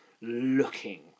looking